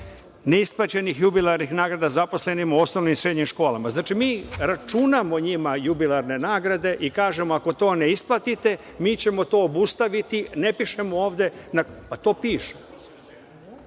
ne isplaćenih jubilarnih nagrada zaposlenim u osnovnim i srednjim školama. Znači, mi računamo njima jubilarne nagrade i kažemo, ako to ne isplatite, mi ćemo to obustaviti. Ja sam objasnio